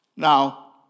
Now